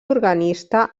organista